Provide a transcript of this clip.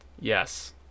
Yes